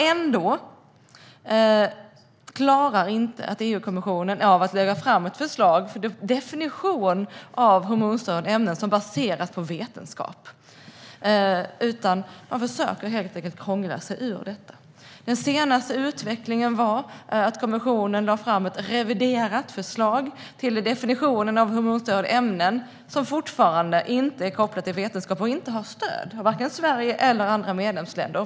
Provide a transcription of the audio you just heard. Ändå klarar EU-kommissionen inte av att lägga fram ett förslag till en definition av hormonstörande ämnen som baseras på vetenskap. Man försöker helt enkelt krångla sig ur detta. Den senaste utvecklingen var att kommissionen lade fram ett reviderat förslag till en definition av hormonstörande ämnen som fortfarande inte är kopplat till vetenskap och inte har stöd av vare sig Sverige eller andra medlemsländer.